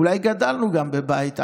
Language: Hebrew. אולי גדלנו גם בבית עני.